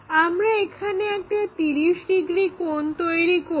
আমরা এখানে একটা 30 ডিগ্রি কোণ তৈরি করব